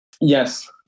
yes